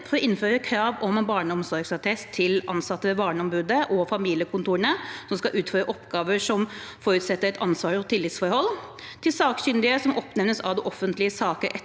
for å innføre krav om barneomsorgsattest for ansatte ved Barneombudet og familiekontorene som skal utføre oppgaver som forutsetter et ansvars- eller og tillitsforhold, for sakkyndige som oppnevnes av det offentlige i saker